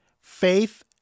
faith